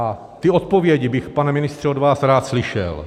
A ty odpovědi bych, pane ministře, od vás rád slyšel.